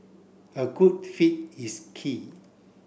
a good fit is key